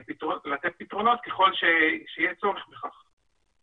לתת פתרונות ככל שיהיה צורך בכך.